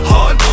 Hard